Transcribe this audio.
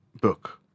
book